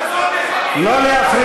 הסתה, זה מקובל עליך?